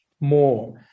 more